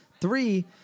three